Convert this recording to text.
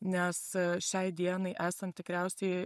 nes šiai dienai esam tikriausiai